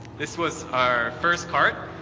this was our first cart,